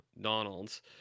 Donalds